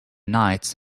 night